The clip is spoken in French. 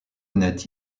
honnêtes